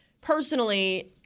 personally